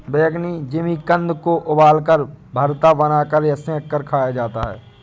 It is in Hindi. बैंगनी जिमीकंद को उबालकर, भरता बनाकर या सेंक कर खाया जा सकता है